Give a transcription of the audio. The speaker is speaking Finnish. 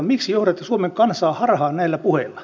miksi johdatte suomen kansaa harhaan näillä puheilla